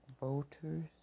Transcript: voters